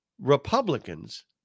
Republicans